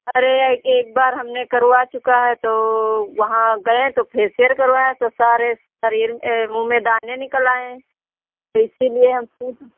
अरे यह एक बार हमने करवा चुका है तो वहाँ गए तो फसियर करवाए तो शरीर मुँह में दाने निकल आए हैं इसलिए हम फिर